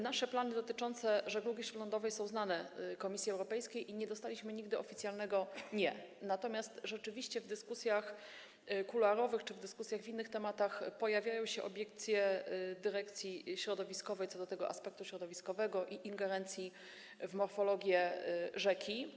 Nasze plany dotyczące żeglugi śródlądowej są znane Komisji Europejskiej i nie dostaliśmy nigdy oficjalnego: nie, natomiast rzeczywiście w dyskusjach kuluarowych czy w dyskusjach na inne tematy pojawiają się obiekcje dyrekcji środowiskowej co do aspektu środowiskowego i ingerencji w morfologię rzeki.